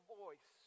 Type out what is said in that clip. voice